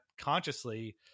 consciously